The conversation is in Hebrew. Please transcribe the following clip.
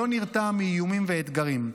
שלא נרתע מאיומים ואתגרים.